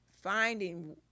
finding